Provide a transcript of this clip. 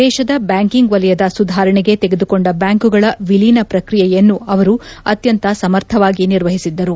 ದೇಶದ ಬ್ನಾಂಕಿಂಗ್ ವಲಯದ ಸುಧಾರಣೆಗೆ ತೆಗೆದುಕೊಂಡ ಬ್ಯಾಂಕುಗಳ ವಿಲೀನ ಶ್ವಕ್ರಿಯೆಯನ್ನು ಅವರು ಅತ್ಯಂತ ಸಮರ್ಥವಾಗಿ ನಿರ್ವಹಿಸಿದ್ದರು